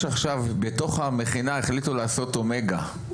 בתוך המכינה החליטו לעשות אומגה.